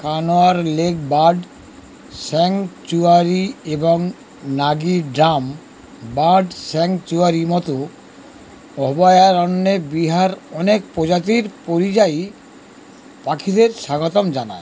Kanwar lake bird sanctuary এবং Nagi dam bird sanctuary মতো অভয়ারণ্যে বিহার অনেক প্রজাতির পরিযায়ী পাখিদের স্বাগতম জানায়